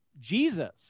Jesus